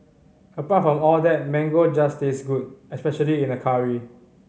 apart from all that mango just tastes good especially in a curry